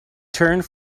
turned